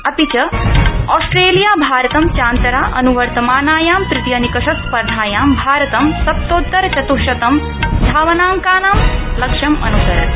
Australia भारतं चान्तरा अनुवर्तमानायां तृतीयनिकषस्पर्धायाम् भारतं सप्तोत्तर चतृश्शतं धावनाकांनां लक्ष्यं अनुसरति